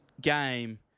game